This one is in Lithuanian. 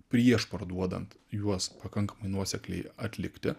prieš parduodant juos pakankamai nuosekliai atlikti